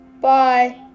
Bye